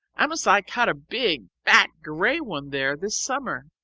amasai caught a big, fat, grey one there this summer,